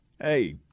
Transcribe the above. hey